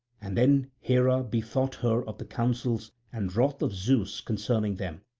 and then hera bethought her of the counsels and wrath of zeus concerning them.